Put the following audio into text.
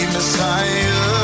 Messiah